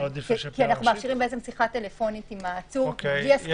לא עדיף --- כי אנחנו מאפשרים שיחה טלפונית עם העצור בלי הסכמתו.